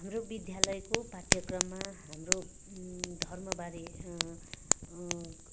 हाम्रो विद्यालयको पाठ्यक्रममा हाम्रो धर्मबारे